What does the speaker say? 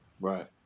Right